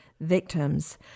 Victims